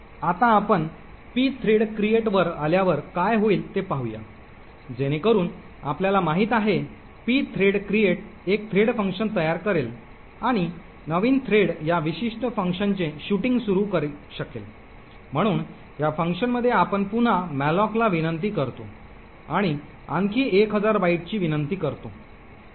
आता आपण pthread create वर आल्यावर काय होईल ते पाहूया जेणेकरून आपल्याला माहित आहे pthread create एक थ्रेड फंक्शन तयार करेल आणि नवीन थ्रेड या विशिष्ट फंक्शनचे शूटिंग सुरू करू शकेल म्हणून या फंक्शनमध्ये आपण पुन्हा malloc ला विनंती करतो आणि आणखी एक हजार बाइटची विनंती करतो